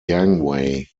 gangway